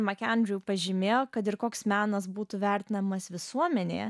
makenziui pažymėjo kad ir koks menas būtų vertinamas visuomenėje